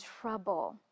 trouble